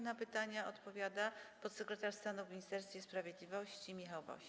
Na pytania odpowiada podsekretarz stanu w Ministerstwie Sprawiedliwości Michał Woś.